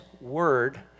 word